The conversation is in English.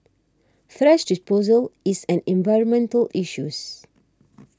thrash disposal is an environmental issues